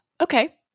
Okay